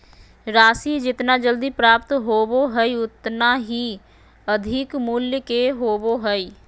राशि जितना जल्दी प्राप्त होबो हइ उतना ही अधिक मूल्य के होबो हइ